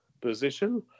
position